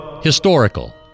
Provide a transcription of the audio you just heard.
Historical